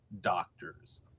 doctors